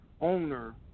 owner